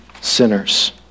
sinners